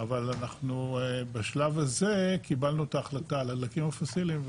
אבל אנחנו בשלב הזה קיבלנו את ההחלטה על הדלקים הפוסילים,